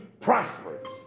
prosperous